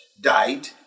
died